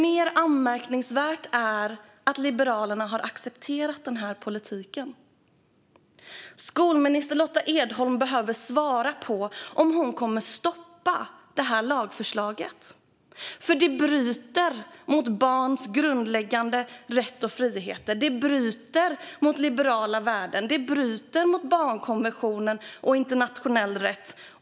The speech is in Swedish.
Mer anmärkningsvärt är att Liberalerna har accepterat denna politik. Skolminister Lotta Edholm behöver svara på om hon kommer att stoppa detta lagförslag. Det bryter mot barns grundläggande rätt och friheter. Det bryter mot liberala värden. Det bryter mot barnkonventionen och internationell rätt.